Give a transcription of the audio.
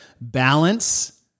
balance